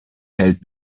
feld